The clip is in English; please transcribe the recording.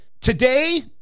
today